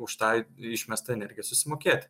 už tą išmestą energiją susimokėti